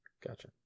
Gotcha